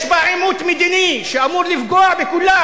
יש בה עימות מדיני שאמור לפגוע בכולם.